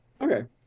Okay